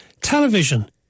Television